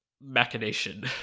machination